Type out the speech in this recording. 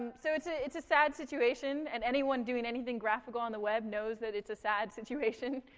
and so, it's ah it's a sad situation, and anyone doing anything graphical on the web knows that it's a sad situation,